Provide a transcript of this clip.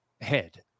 head